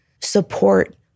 support